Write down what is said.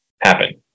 happen